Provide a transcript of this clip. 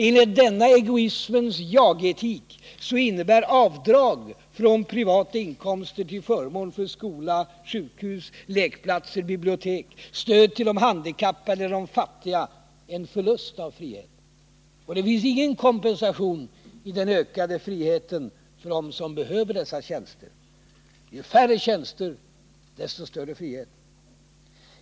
Enligt denna egoismens jag-etik innebär avdrag från privata inkomster till förmån för skola, sjukhus, lekplatser, bibliotek och stöd till de handikappade eller de fattiga en förlust av friheten. Det finns ingen kompensation i den ökade friheten för dem som behöver dessa tjänster. Ju färre tjänster desto större frihet.